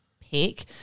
pick